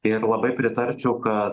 ir labai pritarčiau kad